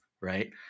right